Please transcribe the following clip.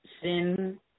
sin